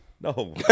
No